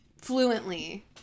fluently